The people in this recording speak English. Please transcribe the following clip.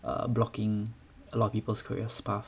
err blocking a lot of people's career path